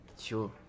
Sure